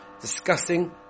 discussing